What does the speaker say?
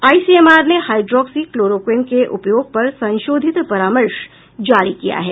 ICMR ने hydroxychloroquine के उपयोग पर संशोधित परामर्श जारी किया है